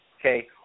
okay